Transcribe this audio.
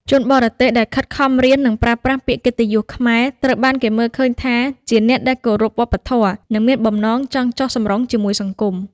ជនបរទេសដែលខិតខំរៀន និងប្រើប្រាស់ពាក្យកិត្តិយសខ្មែរ ត្រូវបានគេមើលឃើញថាជាអ្នកដែលគោរពវប្បធម៌ និងមានបំណងចង់ចុះសម្រុងជាមួយសង្គម។